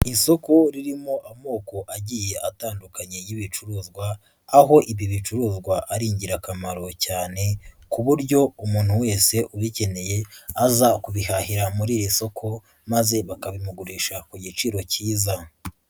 Isoko ririmo amoko agiye atandukanye y'ibicuruzwa, aho ibi bicuruzwa ari ingirakamaro cyane, ku buryo umuntu wese ubikeneye aza kubihahira muri iri soko, maze bakabimugurisha ku giciro cyiza.